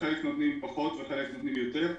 חלק נותנים פחות וחלק נותנים יותר.